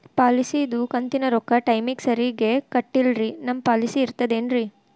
ಪಾಲಿಸಿದು ಕಂತಿನ ರೊಕ್ಕ ಟೈಮಿಗ್ ಸರಿಗೆ ಕಟ್ಟಿಲ್ರಿ ನಮ್ ಪಾಲಿಸಿ ಇರ್ತದ ಏನ್ರಿ?